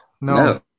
no